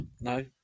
no